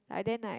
I then like